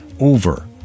over